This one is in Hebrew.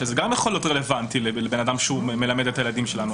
שזה גם יכול להיות רלוונטי לבן אדם שמלמד את הילדים שלנו,